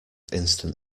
instant